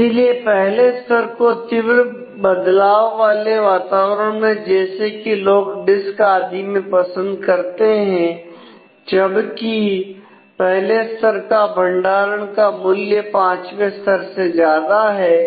इसीलिए पहले स्तर को तीव्र बदलाव वाले वातावरण में जैसे कि लोग डिस्क आदि में पसंद करते हैं जबकि पहले स्तर का भंडारण का मूल्य पांचवे स्तर से ज्यादा है